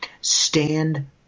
stand